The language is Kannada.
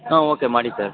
ಹಾಂ ಓಕೆ ಮಾಡಿ ಸರ್